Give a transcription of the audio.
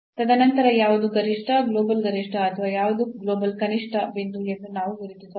ತದನಂತರ ಯಾವುದು ಗರಿಷ್ಠ ಗ್ಲೋಬಲ್ ಗರಿಷ್ಠ ಅಥವಾ ಯಾವುದು ಗ್ಲೋಬಲ್ ಕನಿಷ್ಠ ಬಿಂದು ಎಂದು ನಾವು ಗುರುತಿಸಬಹುದು